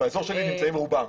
באזור שלי נמצאים רובם.